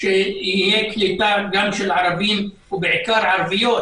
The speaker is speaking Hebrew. שתהיה קליטה גם של ערבים ובעיקר ערביות